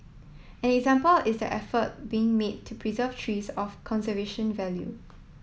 an example is the effort being made to preserve trees of conservation value